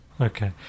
okay